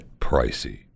pricey